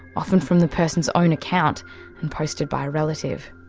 often from the person's own account and posted by a relative.